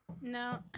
No